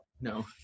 No